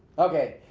okay,